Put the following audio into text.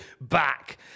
back